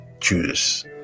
choose